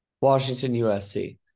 Washington-USC